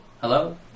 hello